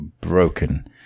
broken